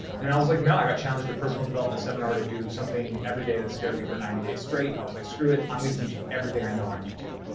and i was like, no, i got challenged at a personal development seminar to do something everyday that scared me for ninety days straight. i was like, screw it, i'm gonna teach everything i know on youtube,